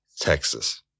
Texas